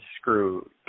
screw